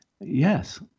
yes